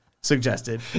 suggested